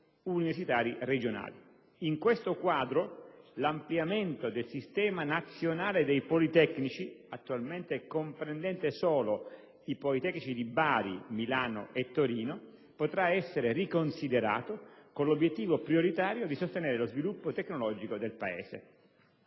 universitari regionali. In questo quadro, l'ampliamento del sistema nazionale dei politecnici, attualmente comprendente solo i politecnici di Bari, Milano e Torino, potrà essere riconsiderato con l'obbiettivo prioritario di sostenere lo sviluppo tecnologico del Paese.